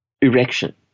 erection